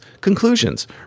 Conclusions